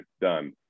done